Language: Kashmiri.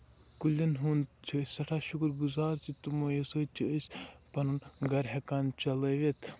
کُلین ہند چھِ أسۍ سٮ۪ٹھاہ شُکُر گُزار چھِ تِمو سۭتۍ چھِ أسۍ پَنُن گرٕ ہٮ۪کان چلاوِتھ